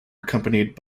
accompanied